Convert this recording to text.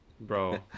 Bro